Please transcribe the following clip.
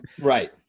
Right